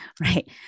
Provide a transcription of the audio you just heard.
right